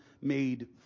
made